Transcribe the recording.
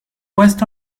west